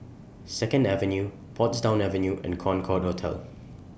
Second Avenue Portsdown Avenue and Concorde Hotel